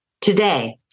Today